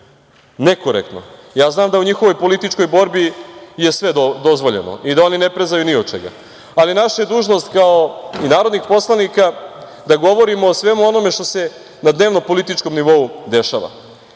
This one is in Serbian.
nekorektno. Ja znam da u njihovoj političkoj borbi je sve dozvoljeno i da oni ne prezaju ni od čega, ali naša je dužnost kao narodnih poslanika da govorimo o svemu onome što se na dnevnopolitičkom nivou dešava. Ova